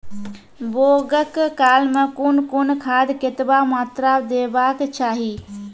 बौगक काल मे कून कून खाद केतबा मात्राम देबाक चाही?